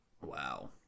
wow